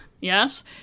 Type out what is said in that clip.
Yes